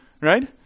right